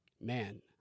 Man